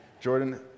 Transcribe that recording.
Jordan